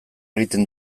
egiten